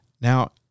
Now